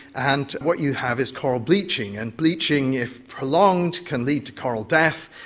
and what you have is coral bleaching. and bleaching, if prolonged, can lead to coral death,